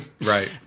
Right